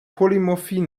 polymorphie